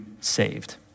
saved